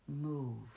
move